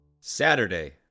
Saturday